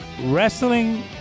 wrestling